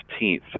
15th